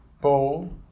bowl